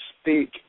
speak